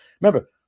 Remember